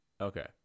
Okay